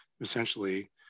essentially